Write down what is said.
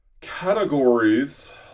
Categories